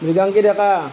Mriganki Deka